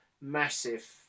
massive